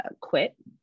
quit